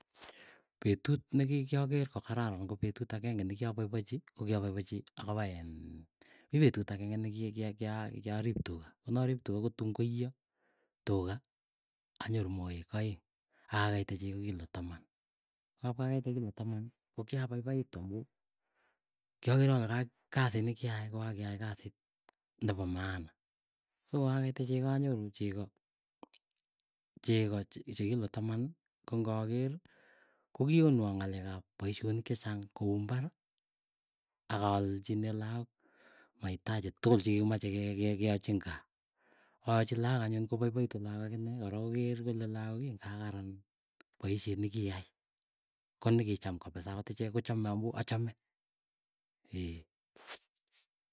Petut ne kiapaipachi ko kiapaipachi ako en mii petut ageng'e nekiarip tuga. Konarip tuga, kotun koiyo tuga, anyoru moek aeng. Akeite chegoo kilo taman, opwakeite kilo taman kokiapaipaitu amuu. Kiager ale ka kasit nekiay ko ka kiay kasit nepo maana. Sokakeite chegoo anyoru chego chego che kilo taman kongaker kokionwaa ng'alek ap paisyonik chechang kou mbarri. Akalchinee laaok maitaji tukul chekikimache ke ke keachi ing kaa. Aachi laaok anyuny kopaipaitu laok akine korok koker kole laakii ngakaran poisyet nekiyae. Konikicham kapisa agoat ichek kochame amuu achame ee.